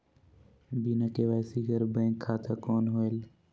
बिना के.वाई.सी कर बैंक खाता कौन होएल?